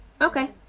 Okay